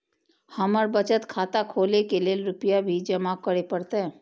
हमर बचत खाता खोले के लेल रूपया भी जमा करे परते?